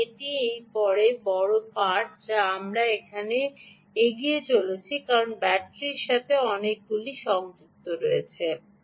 সুতরাং এটি সেই পরে বড় পাঠ যা আমরা তখন এগিয়ে চলি কারণ ব্যাটারির সাথে অনেকগুলি সংযুক্ত রয়েছে